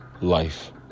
life